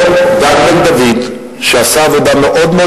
איך?